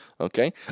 Okay